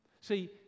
See